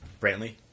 Brantley